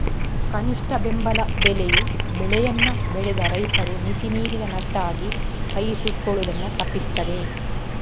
ಕನಿಷ್ಠ ಬೆಂಬಲ ಬೆಲೆಯು ಬೆಳೆಯನ್ನ ಬೆಳೆದ ರೈತರು ಮಿತಿ ಮೀರಿದ ನಷ್ಟ ಆಗಿ ಕೈ ಸುಟ್ಕೊಳ್ಳುದನ್ನ ತಪ್ಪಿಸ್ತದೆ